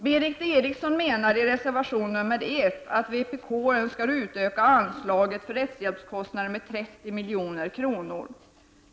Berith Eriksson framhåller i reservation 1 att vpk önskar utöka anslaget för rättshjälpskostnader med 30 milj.kr.